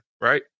Right